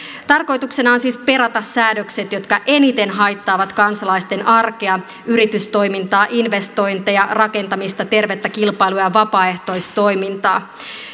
tarkoituksena on siis perata säädökset jotka eniten haittaavat kansalaisten arkea yritystoimintaa investointeja rakentamista tervettä kilpailua ja vapaaehtoistoimintaa